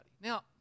Now